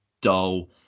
dull